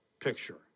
picture